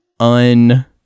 un